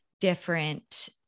different